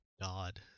God